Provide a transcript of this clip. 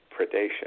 predation